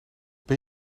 ben